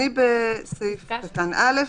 בסעיף קטן (א)